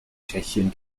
tschechien